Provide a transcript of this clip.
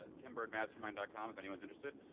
ah tim bird mastermind dot com if anyone's interested.